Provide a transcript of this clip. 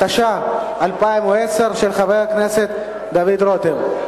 התש"ע 2010, של חבר הכנסת דוד רותם.